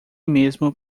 mesmo